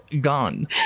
Gone